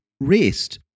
rest